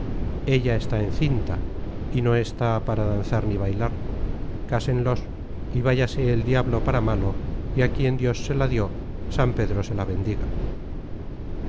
ella está en cinta y no está para danzar ni bailar cásenlos y vayase el diablo para malo y á quien dios se la dió san pedro se la bendiga